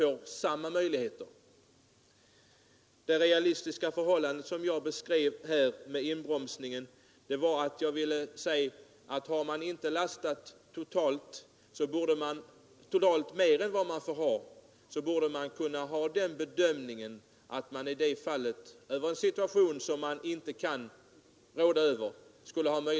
Med min beskrivning av de realistiska förhållandena vid en inbromsning ville jag säga att har man inte lastat totalt mer än man får, så borde det kunna göras en differentierad bedömning när det gäller situationer som man inte kan råda över.